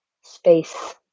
space